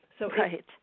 Right